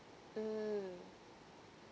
mm